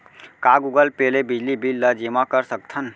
का Google pay ले बिजली बिल ल जेमा कर सकथन?